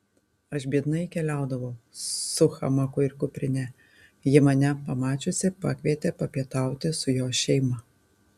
aš biednai keliaudavau su hamaku ir kuprine ji mane pamačiusi pakvietė papietauti su jos šeima